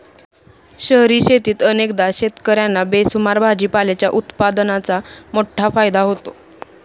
शहरी शेतीत अनेकदा शेतकर्यांना बेसुमार भाजीपाल्याच्या उत्पादनाचा मोठा फायदा होतो